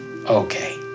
Okay